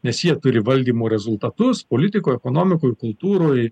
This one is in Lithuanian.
nes jie turi valdymo rezultatus politikoj ekonomikoj kultūroj